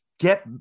Get